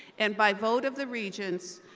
and by vote of the regents,